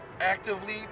actively